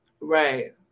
Right